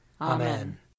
Amen